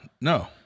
no